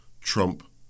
Trump